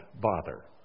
bother